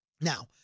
Now